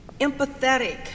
empathetic